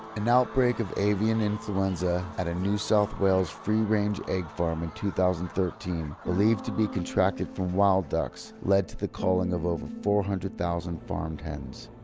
an outbreak of avian influenza at a new south wales free range egg farm in two thousand and thirteen, believed to be contracted from wild ducks, led to the culling of over four hundred thousand farmed hens.